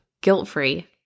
Guilt-free